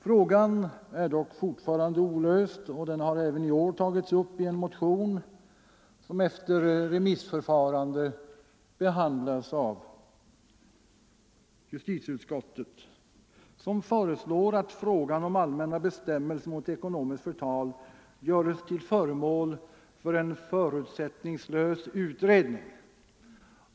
Frågan är emellertid fortfarande olöst, och den har även i år tagits upp i en motion som efter remissförfarande har behandlats i justitieutskottet. Och utskottet föreslår att frågan om bestämmelser mot ekonomiskt förtal göres till föremål för en förutsättningslös utredning.